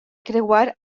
creuar